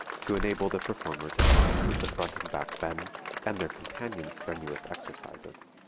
to enable the performer to execute the front and back bends and their companion strenuous exercises.